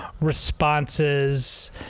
responses